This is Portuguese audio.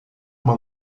uma